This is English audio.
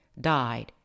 died